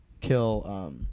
kill